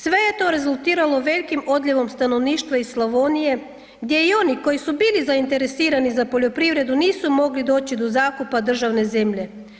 Sve je to rezultiralo velikim odljevom stanovništava iz Slavonije gdje i oni koji su bili zainteresirani za poljoprivrednu nisu mogli doći do zakupa državne zemlje.